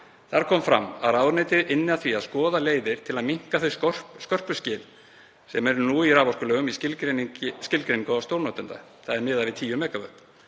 Þar kom fram að ráðuneytið ynni að því að skoða leiðir til að minnka þau skörpu skil sem eru nú í raforkulögum í skilgreiningu á stórnotanda þar sem miðað er við 10 MW.